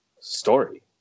story